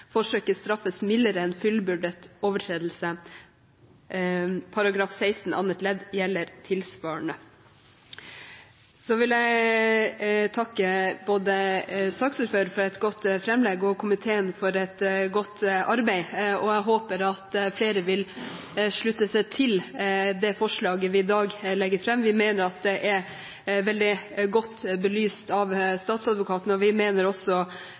Forsøket straffes mildere enn fullbyrdet overtredelse. § 16 annet ledd gjelder tilsvarende.» Så vil jeg takke både saksordføreren for et godt framlegg og komiteen for et godt arbeid, og jeg håper at flere vil slutte seg til det forslaget vi i dag legger fram. Vi mener at det er veldig godt belyst av Riksadvokaten, og vi mener også